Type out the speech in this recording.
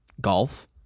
golf